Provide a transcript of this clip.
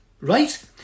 right